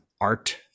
art